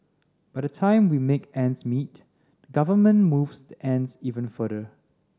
by the time we make ends meet the government moves the ends even further